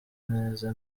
neza